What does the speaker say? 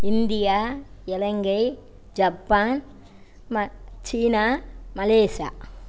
India Ilangai Japan China Malaysia